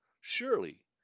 Surely